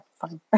fine